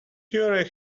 theory